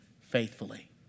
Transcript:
faithfully